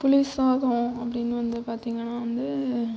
புளி சாதம் அப்படின்னு வந்து பார்த்திங்கன்னா வந்து